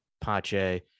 pache